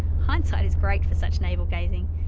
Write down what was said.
hindsight is great for such navel gazing,